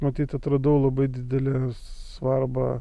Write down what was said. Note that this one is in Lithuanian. matyt atradau labai didelę svarbą